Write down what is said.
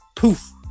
Poof